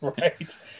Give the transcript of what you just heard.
Right